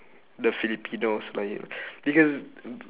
the filipinos inspired because